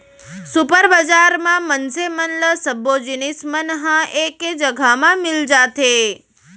super बजार म मनसे मन ल सब्बो जिनिस मन ह एके जघा म मिल जाथे